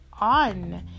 on